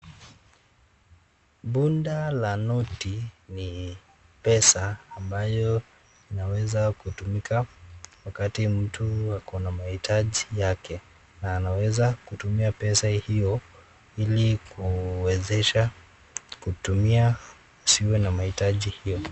Bunda la noti ni pesa ambayo inaweza kutumika wakati mtu ako na mahitaji yake na anaweza kutumia pesa hiyo ili kuwezesha kutumia kusiwe na mahitaji hiyo.